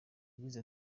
yagize